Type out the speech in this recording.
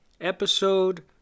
Episode